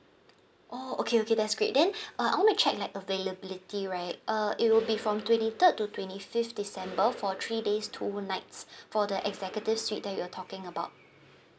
oh okay okay that's great then uh I want to check like availability right uh it would be from twenty third to twenty fifth december for three days two nights for the executive suite that you were talking about